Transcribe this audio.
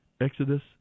Exodus